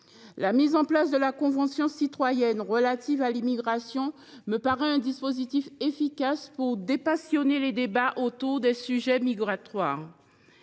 La mise en place de la convention citoyenne sur l’immigration me paraît un dispositif efficace pour dépassionner les débats sur les sujets migratoires.